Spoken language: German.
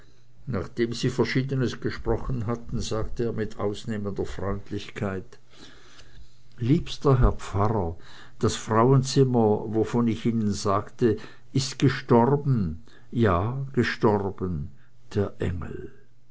nachdem sie verschiedenes gesprochen hatten sagte er mit ausnehmender freundlichkeit liebster herr pfarrer das frauenzimmer wovon ich ihnen sagte ist gestorben ja gestorben der engel